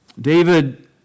David